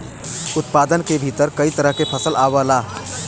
उत्पादन के भीतर कई तरह के फसल आवला